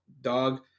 dog